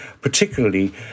particularly